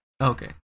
Okay